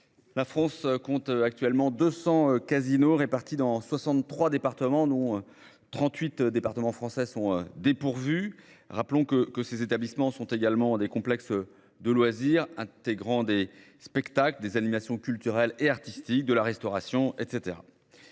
La France compte actuellement 200 casinos répartis dans 63 départements, nous 38 départements français sont dépourvus. Rappelons que que ces établissements sont également des complexes de loisirs intégrant des spectacles, des animations culturelles et artistiques de la restauration et